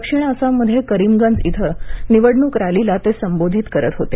दक्षिण आसाम मध्ये करीमगंज इथं निवडणुक रॅलीला ते संबोधित करत होते